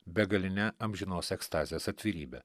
begaline amžinos ekstazės atvirybe